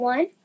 One